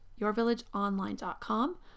yourvillageonline.com